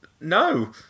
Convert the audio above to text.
no